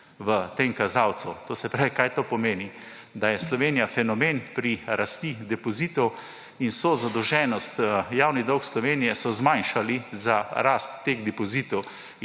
v tem kazalcu. Kaj to pomeni? Da je Slovenija fenomen pri rasti depozitov in vso zadolženost, javni dolg Slovenije so zmanjšali za rast teh depozitov.